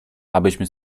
abyśmy